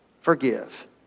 forgive